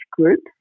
groups